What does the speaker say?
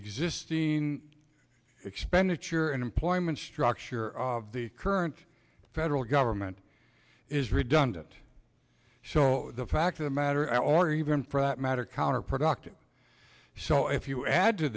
existing expenditure and employment structure of the current federal government is redundant so the fact of the matter are even for that matter counterproductive so if you add to